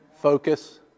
focus